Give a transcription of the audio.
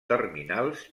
terminals